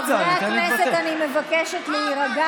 רם, אתה לא חייב לעצור.